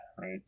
right